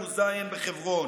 בחברון,